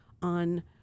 on